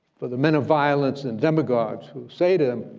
for the men of violence and demagogues who say to them,